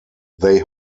they